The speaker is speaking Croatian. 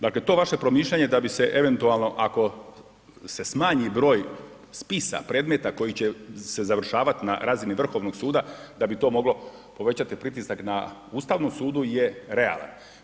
Dakle to vaše promišljanje da bi se eventualno ako se smanji broj spisa predmeta koji će se završavati na razini Vrhovnog suda da bi to moglo povećati pritisak na Ustavnom sudu je realan.